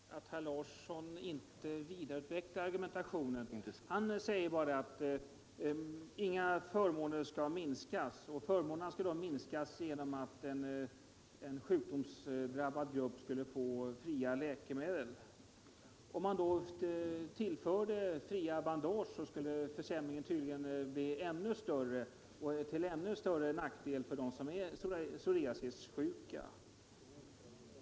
Herr talman! Jag konstaterar att herr Larsson i Vänersborg inte vidareutvecklar argumentationen. Han säger bara att inga förmåner skall minskas, och förmånerna skulle då minska genom att en sjukdomsdrabbad grupp får fria läkemedel! Om man ytterligare tillförde fria bandage skulle försämringen tydligen bli ännu större. Det förslaget skulle då vara till ännu större nackdel för dem som är psoriasissjuka.